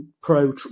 pro